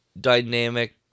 dynamic